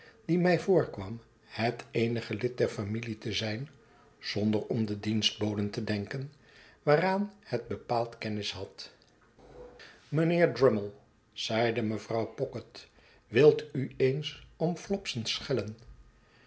die mij voorkwam het eenige lid der familie te zijn zonder om de dienstboden te denken waaraan het bepaald kennis had mijnheer drummle zeide mevrouw pocket wilt u eens om flopson schellert